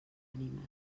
ànimes